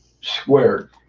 squared